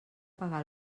pagar